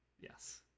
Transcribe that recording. Yes